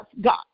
God